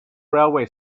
railway